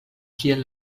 kiel